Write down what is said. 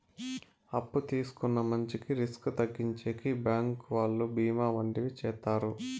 అప్పు తీసుకున్న మంచికి రిస్క్ తగ్గించేకి బ్యాంకు వాళ్ళు బీమా వంటివి చేత్తారు